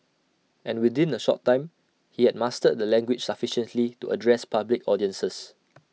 and within A short time he had mastered the language sufficiently to address public audiences